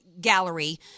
gallery